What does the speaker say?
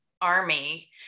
army